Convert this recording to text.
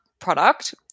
product